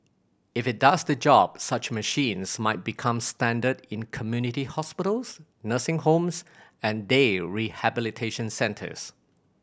if it does the job such machines might become standard in community hospitals nursing homes and day rehabilitation centres